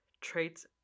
traits